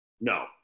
no